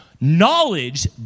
Knowledge